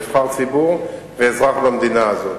נבחר ציבור ואזרח במדינה הזאת.